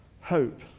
Hope